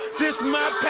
this my